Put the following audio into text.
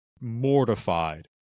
mortified